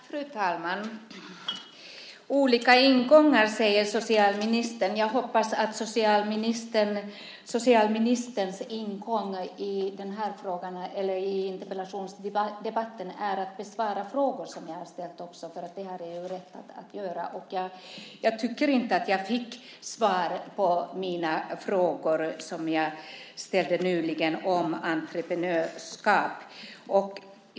Fru talman! Olika ingångar, säger socialministern. Jag hoppas att socialministerns ingång i den här interpellationsdebatten är att besvara de frågor jag ställt. Jag har ju rätt att göra det och tycker inte att jag fick svar på de frågor som jag ställde om entreprenörskap.